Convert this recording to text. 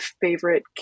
favorite